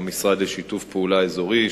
המשרד לשיתוף פעולה אזורי,